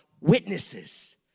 witnesses